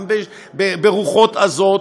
גם ברוחות עזות,